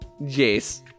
Jace